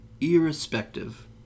irrespective